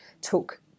took